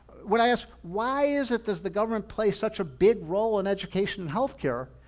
when i asked, why is it, does the government plays such a big role in education and healthcare?